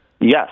Yes